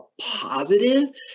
positive